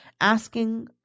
asking